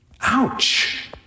Ouch